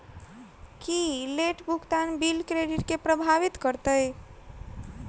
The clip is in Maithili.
की लेट भुगतान बिल क्रेडिट केँ प्रभावित करतै?